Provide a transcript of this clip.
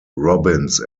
robbins